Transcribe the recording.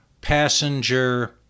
passenger